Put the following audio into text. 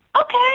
Okay